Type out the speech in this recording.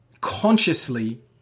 consciously